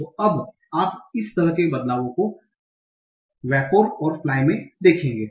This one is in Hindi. तो अब आप इस तरह के बदलावों को vapor और fly में देखेंगे